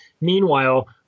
Meanwhile